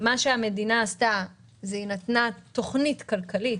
המדינה נתנה תוכנית כלכלית